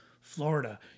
Florida